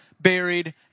buried